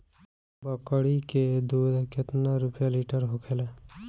बकड़ी के दूध केतना रुपया लीटर होखेला?